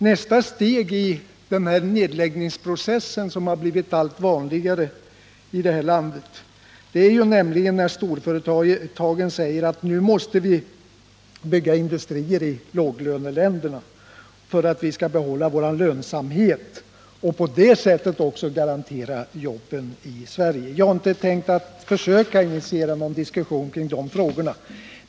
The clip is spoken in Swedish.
Nästa steg i den här nedläggningsprocessen, som blivit allt vanligare här i landet, är att storföretagen säger att nu måste vi bygga industrier i låglöneländerna för att kunna upprätthålla vår lönsamhet och på det sättet garantera jobben även i Sverige. Jag tänker inte nu försöka initiera någon diskussion kring dessa frågor.